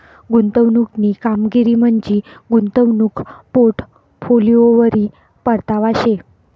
गुंतवणूकनी कामगिरी म्हंजी गुंतवणूक पोर्टफोलिओवरी परतावा शे